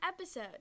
episode